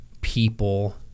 people